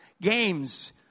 games